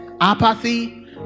apathy